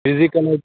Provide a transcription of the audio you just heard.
physical